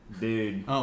Dude